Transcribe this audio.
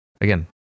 Again